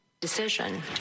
Decision